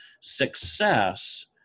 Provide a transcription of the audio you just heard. success